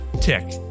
Tick